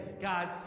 God